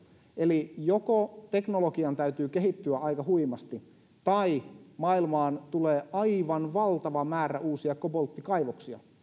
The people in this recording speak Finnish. eli joko teknologian täytyy kehittyä aika huimasti tai maailmaan tulee aivan valtava määrä uusia kobolttikaivoksia